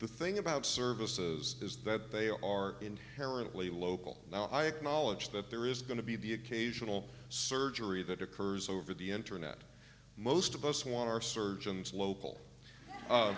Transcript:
the thing about services is that they are inherently local now i acknowledge that there is going to be the occasional surgery that occurs over the internet most of us want our surgeons local